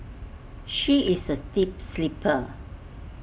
she is A deep sleeper